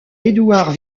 edouard